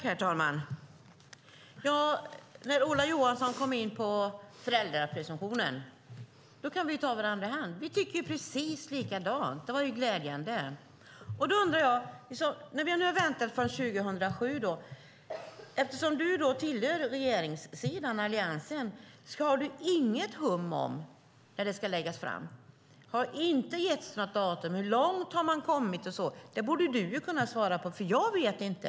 Herr talman! När Ola Johansson kommer in på föräldrapresumtionen kan vi ta varandra i hand. Vi tycker precis likadant. Det var glädjande. Vi har nu väntat sedan 2007. Ola Johansson tillhör Alliansen och regeringssidan. Har han något hum om när det ska läggas fram? Det har inte getts något datum. Hur långt har man kommit? När kommer någonting att ske? Det borde Ola Johansson kunna svara på. Jag vet ju inte.